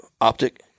optic